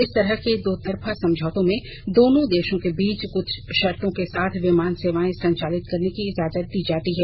इस तरह के दोतरफा समझौतों में दोनों देशों के बीच कुछ शर्तों के साथ विमान सेवाएं संचालित करने की इजाजत दी जाती है